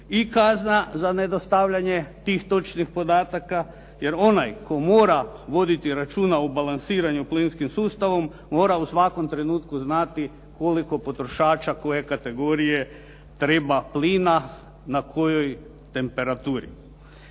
i kazna za nedostavljanje tih točnih podataka jer onaj tko mora voditi računa o balansiranju plinskim sustavom mora u svakom trenutku znati koliko potrošača koje kategorije treba plina na kojoj temperaturi.